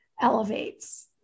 elevates